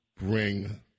bring